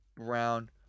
Brown